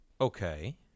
Okay